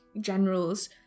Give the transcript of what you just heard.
generals